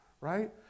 right